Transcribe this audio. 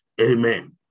Amen